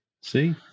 See